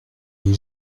les